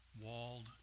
walled